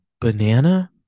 Banana